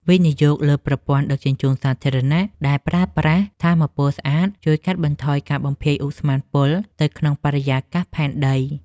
វិនិយោគលើប្រព័ន្ធដឹកជញ្ជូនសាធារណៈដែលប្រើប្រាស់ថាមពលស្អាតជួយកាត់បន្ថយការបំភាយឧស្ម័នពុលទៅក្នុងបរិយាកាសផែនដី។